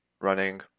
running